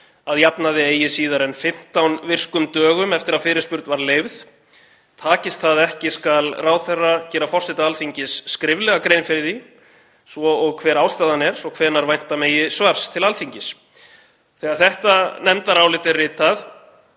að jafnaði eigi síðar en 15 virkum dögum eftir að fyrirspurn var leyfð. Takist það ekki skuli ráðherra gera forseta Alþingis skriflega grein fyrir því, svo og hver ástæðan er og hvenær vænta megi svars til Alþingis. Þegar þetta nefndarálit er ritað